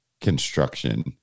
construction